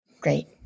Great